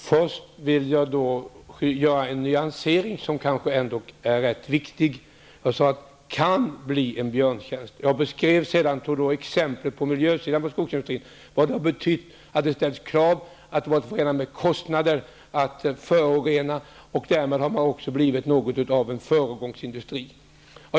Herr talman! Först en nyansering som kan vara rätt viktig. Jag sade nämligen kan bli en björntjänst. Jag gav också exempel på miljöåtgärder när det gäller skogsindustrin. Jag talade om betydelsen av att det ställs krav och sade att föroreningarna har varit förenade med kostnader. Dessutom talade jag om den här industrin som något av en föregångsindustri.